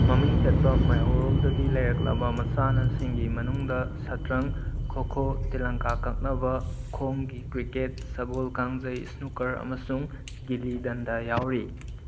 ꯃꯃꯤꯡ ꯆꯠꯄ ꯃꯩꯍꯧꯔꯣꯜꯗꯒꯤ ꯂꯩꯔꯛꯂꯕ ꯃꯁꯥꯟꯅꯁꯤꯡꯒꯤ ꯃꯅꯨꯡꯗ ꯁꯇ꯭ꯔꯪ ꯈꯣꯈꯣ ꯇꯦꯂꯪꯒꯥ ꯀꯛꯅꯕ ꯈꯣꯡꯒꯤ ꯀ꯭ꯔꯤꯛꯀꯦꯠ ꯁꯒꯣꯜ ꯀꯥꯡꯖꯩ ꯏꯁꯅꯨꯀꯔ ꯑꯃꯁꯨꯡ ꯒꯤꯂꯤ ꯗꯟꯗꯥ ꯌꯥꯎꯔꯤ